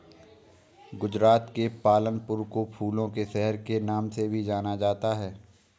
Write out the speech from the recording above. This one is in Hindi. गुजरात के पालनपुर को फूलों के शहर के नाम से भी जाना जाता है